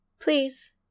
Please